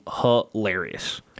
hilarious